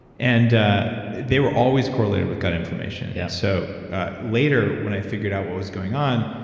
and ah they were always correlated with gut inflammation. yeah so later, when i figured out what was going on,